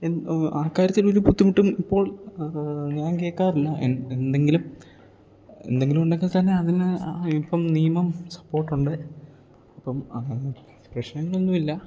ആ കാര്യത്തിൽ ഒരു ബുദ്ധിമുട്ടും ഇപ്പോൾ ഞാൻ കേൾക്കാറില്ല എന്തെങ്കിലും എന്തെങ്കിലും ഉണ്ടെങ്കിൽ തന്നെ അതിന് ഇപ്പം നിയമം സപ്പോർട്ട് ഉണ്ട് അപ്പം പ്രശ്നങ്ങളൊന്നും ഇല്ല